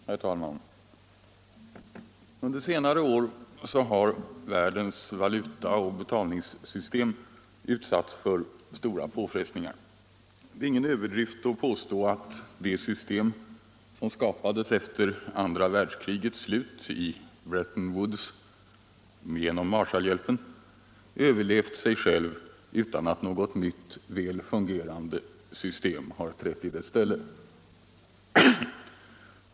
Herr talman! Under senare år har världens valutaoch betalningssystem utsatts för stora påfrestningar. Det är ingen överdrift att påstå att det system som skapades efter andra världskrigets slut i Bretton Woods och genom Marshallhjälpen överlevt sig självt utan att något nytt, väl fungerande system har trätt i dess ställe.